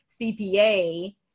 cpa